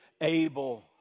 able